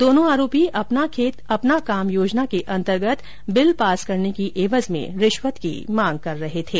दोनों आरोपी अपना खेत अपना काम योजना के अन्तर्गत बिल पास करने की एवज में रिश्वत की मांग कर रहे थे